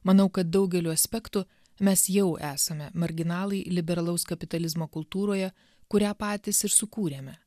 manau kad daugeliu aspektų mes jau esame marginalai liberalaus kapitalizmo kultūroje kurią patys ir sukūrėme